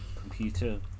computer